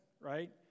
right